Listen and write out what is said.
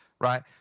right